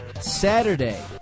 Saturday